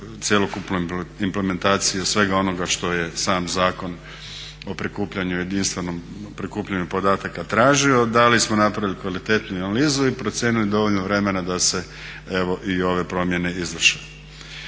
cjelokupnu implementaciju svega onoga što je sam Zakon o prikupljanju podataka tražio, da li smo napravili kvalitetniju analizu i procijenili dovoljno vremena da se evo i ove promjene izvrše.